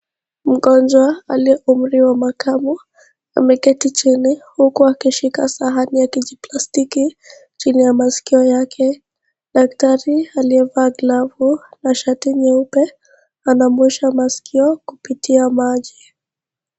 Mgonjwa aliye umri wa makamu ameketi chini huku akishika sahani ya kijiplastiki chini ya maskio yake . Daktari aliyevaa glavu na shati nyeupe anamwosha maskio kupitia maji.